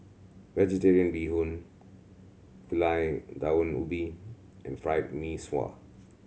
Vegetarian Bee Hoon Gulai Daun Ubi and Fried Mee Sua